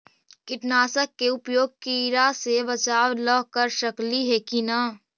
कीटनाशक के उपयोग किड़ा से बचाव ल कर सकली हे की न?